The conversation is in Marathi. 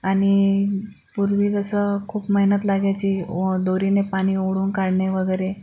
आणि पूर्वी कसं खूप मेहनत लागायची व दोरीने पाणी ओढून काढणे वगैरे